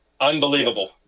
Unbelievable